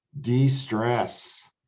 de-stress